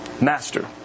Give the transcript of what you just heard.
Master